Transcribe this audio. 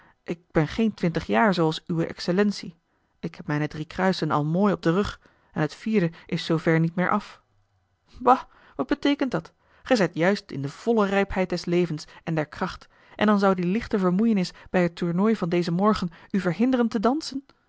ik ben geen twintig jaar zooals uwe excellentie ik heb mijne drie kruisen al mooi op den rug en t vierde is zoover niet meer af bah wat beteekent dat gij zijt juist in de volle rijpheid des levens en der kracht en dan zou die lichte vermoeienis bij het tournooi van dezen morgen u verhinderen te dansen